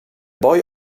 boy